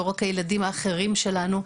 לא רק הילדים האחרים שלנו,